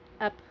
up